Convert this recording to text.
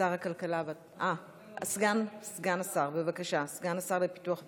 סגן השר לפיתוח הפריפריה,